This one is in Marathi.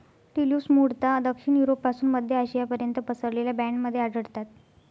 ट्यूलिप्स मूळतः दक्षिण युरोपपासून मध्य आशियापर्यंत पसरलेल्या बँडमध्ये आढळतात